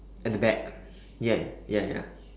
at the back ya ya ya